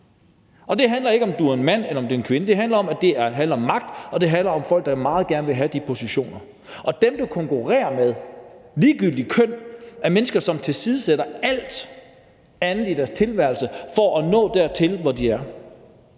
Det handler ikke om, om du er en mand eller en kvinde; det handler om magt; og det handler om folk, der meget gerne vil have de positioner. Dem, du konkurrerer med, uanset køn, er mennesker, som tilsidesætter alt andet i deres tilværelse for at nå dertil, hvor de er.